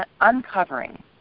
uncovering